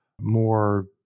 more